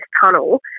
tunnel